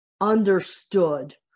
understood